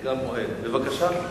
בבקשה.